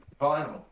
vinyl